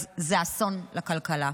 אז זה אסון לכלכלה,